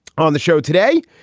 on the show today,